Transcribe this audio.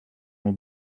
will